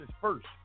first